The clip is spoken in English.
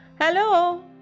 Hello